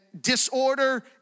disorder